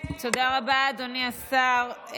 תודה רבה, אדוני השר.